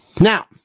Now